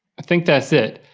i think that's it.